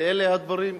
ואלה הדברים כהווייתם.